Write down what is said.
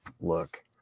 look